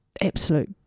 absolute